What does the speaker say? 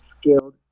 skilled